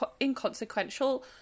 inconsequential